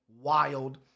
wild